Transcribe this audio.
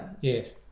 yes